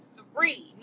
three